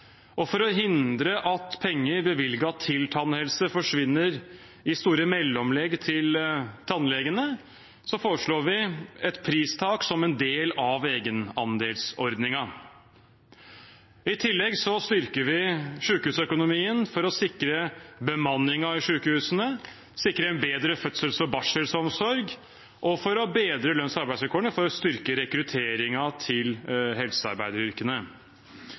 Og for å hindre at penger bevilget til tannhelse forsvinner i store mellomlegg til tannlegene, foreslår vi et pristak som en del av egenandelsordningen. I tillegg styrker vi sykehusøkonomien for å sikre bemanningen i sykehusene og en bedre fødsels- og barselomsorg, og for å bedre lønns- og arbeidsvilkårene for å styrke rekrutteringen til helsearbeideryrkene.